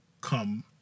come